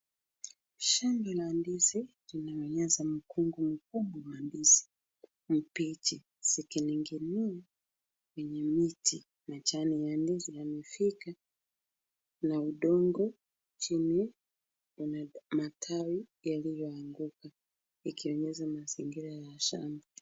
Shamba la ndizi limemesha mkungu mkubwa wa ndizi mbichi zikining'inia kwenye miti. Majani ya ndizi yamefika na udongo chini una matawi yaliyoanguka, ikionyesha mazingira ya shamba.